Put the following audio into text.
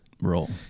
role